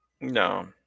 No